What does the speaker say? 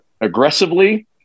aggressively